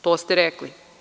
To ste rekli.